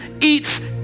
eats